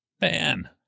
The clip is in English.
Man